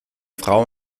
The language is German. frau